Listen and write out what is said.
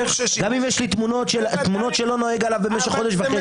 גם אם יש לי תמונות שלו נוהג בה חודש וחצי.